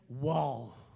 wall